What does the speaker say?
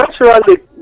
naturally